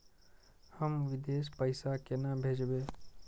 हम विदेश पैसा केना भेजबे?